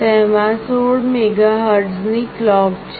તેમાં 16 મેગાહર્ટઝની ક્લૉક છે